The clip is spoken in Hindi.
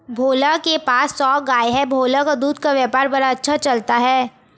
भोला के पास सौ गाय है भोला का दूध का व्यापार बड़ा अच्छा चलता है